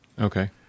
okay